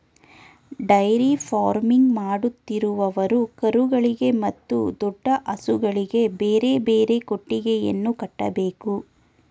dairy farming ಮಾಡುತ್ತಿರುವವರು ಕರುಗಳಿಗೆ ಮತ್ತು ದೊಡ್ಡ ಹಸುಗಳಿಗೆ ಬೇರೆ ಬೇರೆ ಕೊಟ್ಟಿಗೆಯನ್ನು ಕಟ್ಟಬೇಕು